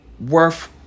worth